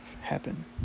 happen